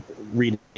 reading